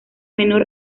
menor